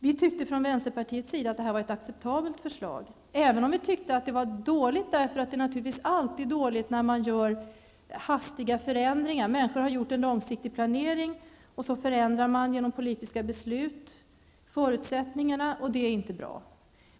Vi inom vänsterpartiet tyckte att det här var ett acceptabelt förslag, även om vi ansåg att det egentligen var dåligt därför att det naturligtvis alltid är dåligt när man gör hastiga förändringar. Människor har gjort en långtidsplanering, och så förändras genom politiska beslut förutsättningarna, vilket inte är bra.